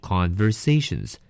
Conversations